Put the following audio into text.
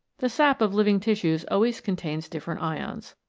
the sap of living tissues always contains different ions.